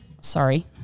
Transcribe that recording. Sorry